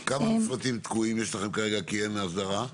כמה מפרטים תקועים יש לכם כרגע כי אין אסדרה?